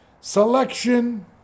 selection